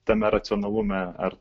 tame racionalume ar